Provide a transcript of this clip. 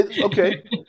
okay